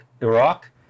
Iraq